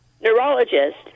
neurologist